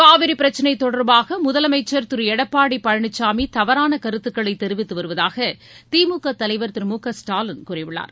காவிரி பிரச்னை தொடர்பாக முதலமைச்சர் திரு எடப்பாடி பழனிசாமி தவறான கருத்துக்களை தெரிவித்து வருவதாக திமுக தலைவர் திரு மு க ஸ்டாலின் கூறியுள்ளார்